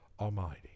Almighty